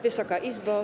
Wysoka Izbo!